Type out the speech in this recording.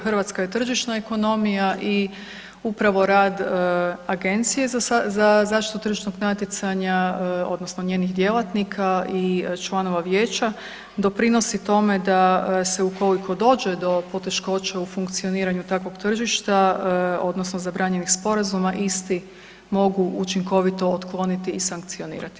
Hrvatska je tržišna ekonomija i upravo rad Agencije za zaštitu tržišnog natjecanja odnosno njenih djelatnika i članova vijeća doprinosi tome da se ukoliko dođe do poteškoća u funkcioniranju takvog tržišta odnosno zabranjenih sporazuma isti mogu učinkovito ukloniti i sankcionirati.